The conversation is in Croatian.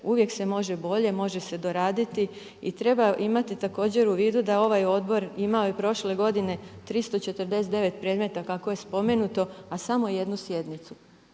Uvijek se može bolje, može se doraditi i treba imati također u vidu da ovaj odbor imao je prošle godine 349 predmeta kako je spomenuto, a samo jednu sjednicu.